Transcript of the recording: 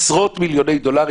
עשרות מיליוני דולרים,